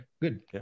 good